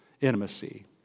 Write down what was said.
intimacy